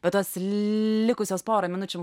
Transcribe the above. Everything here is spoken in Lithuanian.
bet tas likusias porą minučių